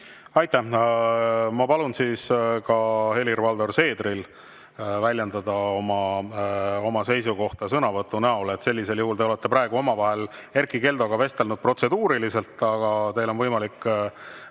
Aitäh! Ma palun siis ka Helir-Valdor Seederil väljendada oma seisukohta sõnavõtu näol. Te olete praegu omavahel Erkki Keldoga vestelnud protseduuriliselt, aga teil on võimalik